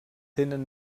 tenen